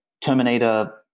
Terminator –